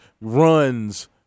runs